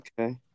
okay